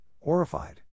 horrified